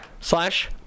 slash